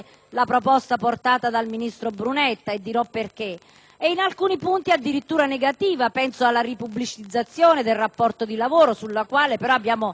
la proposta portata dal ministro Brunetta - e dirò perché - e in alcuni punti addirittura negativa. Penso alla ripubblicizzazione del rapporto di lavoro, sulla quale abbiamo